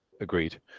agreed